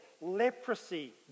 Leprosy